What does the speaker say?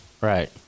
Right